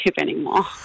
anymore